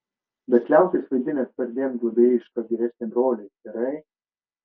bet liaukis vaidinęs perdėm globėjišką vyresnį brolį gerai